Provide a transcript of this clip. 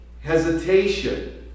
hesitation